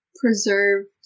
preserved